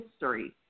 history